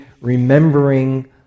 remembering